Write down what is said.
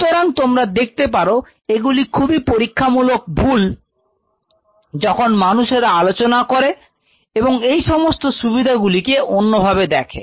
সুতরাং তোমরা দেখতে পারো এগুলি খুবই পরীক্ষামূলক ভুল যখন মানুষরা আলোচনা করে এবং এই সমস্ত সুবিধা গুলি কে অন্যভাবে দেখে